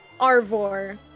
Arvor